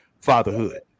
fatherhood